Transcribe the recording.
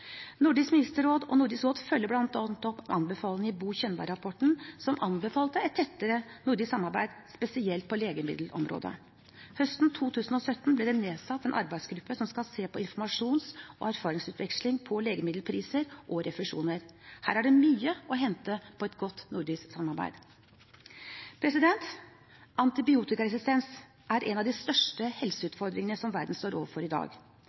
Nordisk ministerråd og Nordisk råd følger bl.a. opp anbefalinger i Bo Könberg-rapporten, som anbefalte et tettere nordisk samarbeid, spesielt på legemiddelområdet. Høsten 2017 ble det nedsatt en arbeidsgruppe som skal se på informasjons- og erfaringsutveksling om legemiddelpriser og refusjoner. Her er det mye å hente i et godt nordisk samarbeid. Antibiotikaresistens er en av de største helseutfordringene verden står overfor i dag.